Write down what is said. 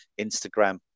Instagram